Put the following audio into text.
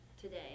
today